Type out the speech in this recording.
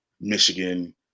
Michigan